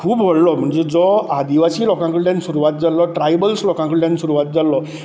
खूब वडलो म्हणजे जो आदिवासी लोकां कडल्यान सुरवात जाल्लो ट्रायबल्स लोकां कडल्यान सुरवात जाल्लो